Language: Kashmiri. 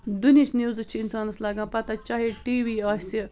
دُنہِچ نِوزٕ چھِ اِنسانس لَگان پَتہ چاہے ٹی وی آسہِ